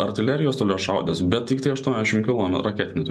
artilerijos toliašaudės bet tiktai aštuoniasdešimt kilometrų raketinių